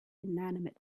inanimate